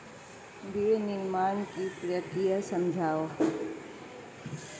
feed निर्माण की प्रक्रिया समझाओ